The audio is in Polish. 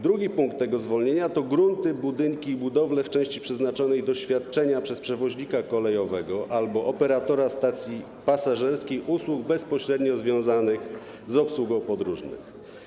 Drugi punkt w zakresie tego zwolnienia obejmuje grunty, budynki i budowle w części przeznaczonej do świadczenia przez przewoźnika kolejowego albo operatora stacji pasażerskiej usług bezpośrednio związanych z obsługą podróżnych.